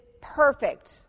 perfect